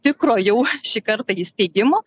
tikro jau šį kartą įsteigimo